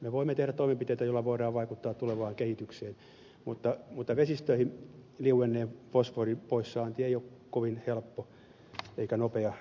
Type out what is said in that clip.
me voimme tehdä toimenpiteitä joilla voidaan vaikuttaa tulevaan kehitykseen mutta vesistöihin liuenneen fosforin poissaanti ei ole kovin helppo eikä nopea toimenpide